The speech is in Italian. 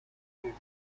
chiese